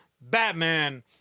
Batman